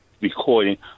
recording